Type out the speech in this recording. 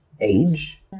age